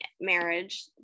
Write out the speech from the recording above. marriage